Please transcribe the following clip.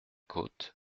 côtes